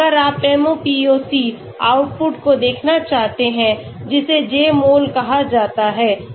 अगर आप MOPAC output को देखना चाहते हैं जिसे Jmol कहा जाता है